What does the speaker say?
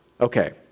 Okay